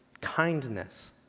Kindness